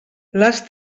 les